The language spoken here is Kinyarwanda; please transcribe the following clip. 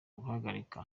guhagarika